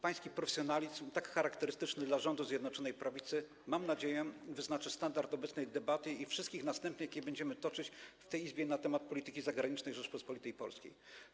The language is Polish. Pański profesjonalizm, tak charakterystyczny dla rządu Zjednoczonej Prawicy, mam nadzieję, wyznaczy standard obecnej debaty i wszystkich następnych, jakie będziemy toczyć w tej Izbie na temat polityki zagranicznej Rzeczypospolitej Polskiej.